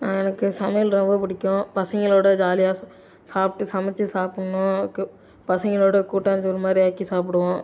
எனக்கு சமையல் ரொம்ப பிடிக்கும் பசங்களோடு ஜாலியாக ச சாப்பிட்டு சமைச்சி சாப்பிட்ணும் எனக்கு பசங்களோடு கூட்டாஞ்சோறு மாதிரி ஆக்கி சாப்பிடுவோம்